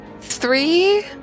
three